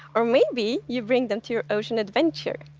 or maybe you bring them to your ocean adventure.